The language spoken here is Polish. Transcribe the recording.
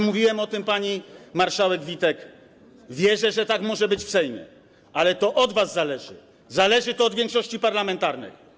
Mówiłem o tym pani marszałek Witek, że wierzę, iż tak może być w Sejmie, ale to od was zależy, to zależy od większości parlamentarnej.